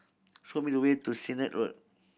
show me the way to Sennett Road